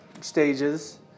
stages